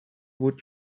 would